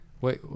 Wait